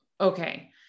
okay